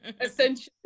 essentially